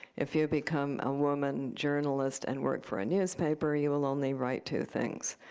if you become a woman journalist and work for a newspaper, you will only write two things,